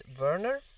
Werner